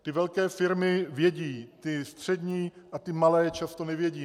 Ty velké firmy vědí, ty střední a ty malé často nevědí.